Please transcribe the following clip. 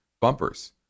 bumpers